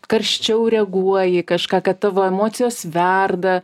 karščiau reaguoji į kažką kad tavo emocijos verda